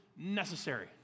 necessary